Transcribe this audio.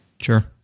Sure